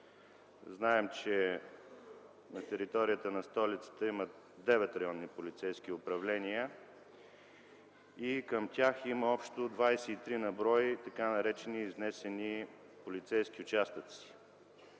Знаем, че на територията на столицата има девет районни полицейски управления и към тях има общо 23 на брой така наречени изнесени полицейски участъци,